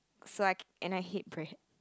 so I k~ and I hate bread